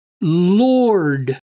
Lord